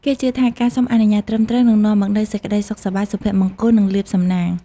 គេជឿថា ការសុំអនុញ្ញាតត្រឹមត្រូវ នឹងនាំមកនូវ សេចក្តីសុខសប្បាយ សុភមង្គល និងលាភសំណាង។